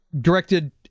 directed